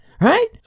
right